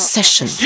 Session